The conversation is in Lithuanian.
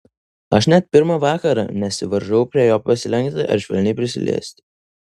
aš net pirmą vakarą nesivaržau prie jo pasilenkti ar švelniai prisiliesti